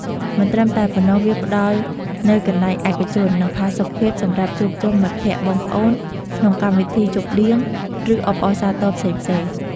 មិនត្រឹមតែប៉ុណ្ណោះ វាផ្តល់នូវកន្លែងឯកជន និងផាសុកភាពសម្រាប់ជួបជុំមិត្តភក្តិ បងប្អូន ក្នុងកម្មវិធីជប់លៀង ឬអបអរសាទរផ្សេងៗ។